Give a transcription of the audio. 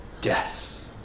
death